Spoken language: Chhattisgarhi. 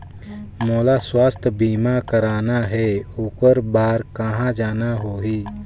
मोला स्वास्थ बीमा कराना हे ओकर बार कहा जाना होही?